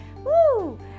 woo